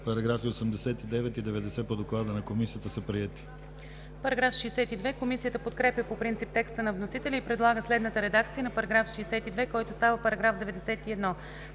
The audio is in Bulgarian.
Параграфи 63, 64 и 65 по доклада на Комисията са приети.